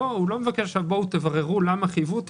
הוא לא מבקש: בואו ותבררו למה חייבו אותי